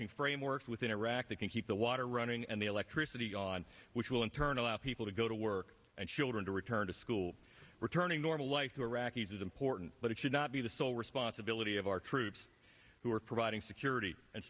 shing frameworks within iraq that can keep the water running and the electricity on which will in turn allow people to go to work and children to return to school returning normal like the iraqis is important but it should not be the sole responsibility of our troops who are providing security and